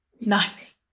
nice